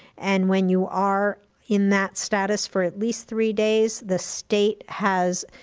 and when you are in that status for at least three days, the state has